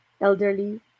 elderly